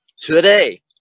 today